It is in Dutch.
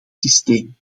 systeem